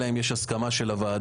אלא אם יש הסכמה של הוועדה,